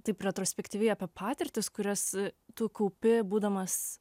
taip retrospektyviai apie patirtis kurias tu kaupi būdamas